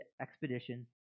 expedition